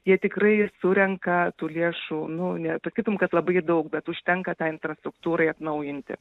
jie tikrai surenka tų lėšų nu ne sakytum kad labai daug bet užtenka tai infrastruktūrai atnaujinti